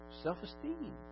self-esteem